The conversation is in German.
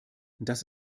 das